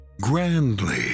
grandly